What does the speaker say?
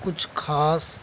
کچھ خاص